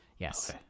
yes